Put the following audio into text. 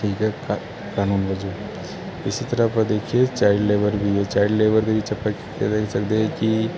ਠੀਕ ਹੈ ਕ ਕਾਨੂੰਨ ਵਜੋਂ ਇਸ ਤਰ੍ਹਾਂ ਆਪਾਂ ਦੇਖੀਏ ਚਾਈਲਡ ਲੇਬਰ ਵੀ ਹੈ ਚਾਈਲਡ ਲੇਬਰ ਦੇ ਵਿੱਚ ਆਪਾਂ ਕੀ ਦੇਖ ਸਕਦੇ ਹਾਂ ਕਿ